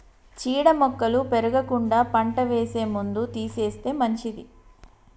చీడ మొక్కలు పెరగకుండా పంట వేసే ముందు తీసేస్తే మంచిది